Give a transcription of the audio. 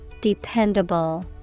Dependable